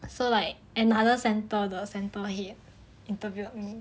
so like another centre the centre head interviewed me